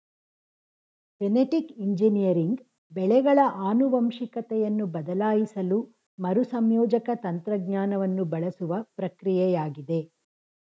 genetic engineering ಬೆಳೆಗಳ ಆನುವಂಶಿಕತೆಯನ್ನು ಬದಲಾಯಿಸಲು ಮರುಸಂಯೋಜಕ ತಂತ್ರಜ್ಞಾನವನ್ನು ಬಳಸುವ ಪ್ರಕ್ರಿಯೆಯಾಗಿದೆ